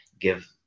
give